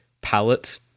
palette